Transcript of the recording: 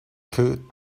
could